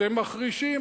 אתם מחרישים